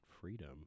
freedom